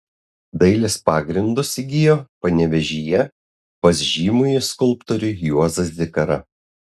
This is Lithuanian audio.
dailės pagrindus įgijo panevėžyje pas žymųjį skulptorių juozą zikarą